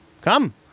Come